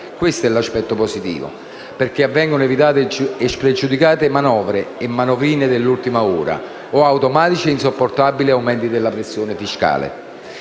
Questo è un aspetto positivo, perché vengano evitate spregiudicate manovre e manovrine dell'ultima ora, o automatici e insopportabili aumenti della pressione fiscale.